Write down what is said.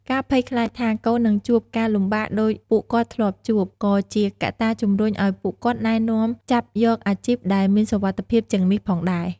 ការភ័យខ្លាចថា កូននឹងជួបការលំបាកដូចពួកគាត់ធ្លាប់ជួប ក៏ជាកត្តាជំរុញឱ្យពួកគាត់ណែនាំចាប់យកអាជីពដែលមានសុវត្ថិភាពជាងនេះផងដែរ។